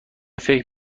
فکر